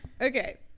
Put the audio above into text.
Okay